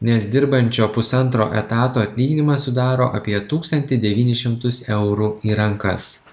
nes dirbančio pusantro etato atlyginimas sudaro apie tūkstantį devynis šimtus eurų į rankas